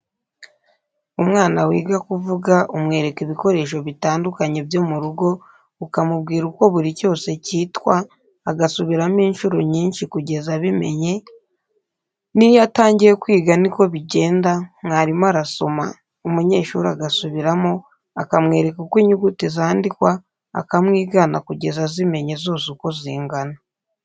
Umwana wiga kuvuga umwereka ibikoresho bitandukanye byo mu rugo, ukamubwira uko buri cyose cyitwa, agasubiramo incuro nyinshi kugeza abimenye, n'iyo atangiye kwiga niko bigenda, mwarimu arasoma, umunyeshuri agasubiramo, akamwereka uko inyuguti zandikwa akamwigana kugeza azimenye zose uko zingana.